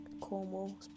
Cornwall